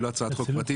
היא לא הצעת חוק פרטית,